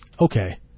Okay